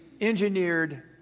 engineered